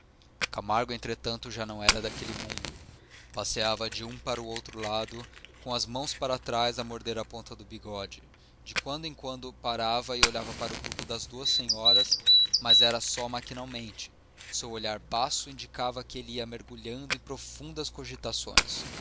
camargo entretanto já não era daquele mundo passeava de um para outro lado com as mãos para trás a morder a ponta do bigode de quando em quando parava e olhava para o grupo das duas senhoras mas era só maquinalmente o seu olhar baço indicava que ele ia mergulhado em profundas cogitações